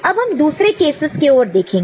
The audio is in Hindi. अब हम दूसरे केसेस के और देखेंगे